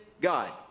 God